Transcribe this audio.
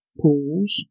pools